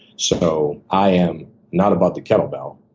so i am not about the kettle bell.